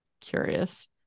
curious